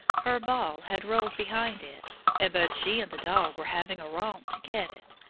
her ball had rolled behind it, and both she and the dog were having a romp to get it,